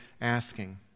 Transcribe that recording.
asking